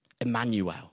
Emmanuel